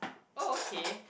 oh okay